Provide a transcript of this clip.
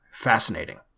fascinating